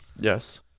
yes